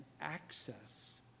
access